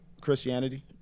Christianity